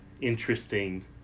interesting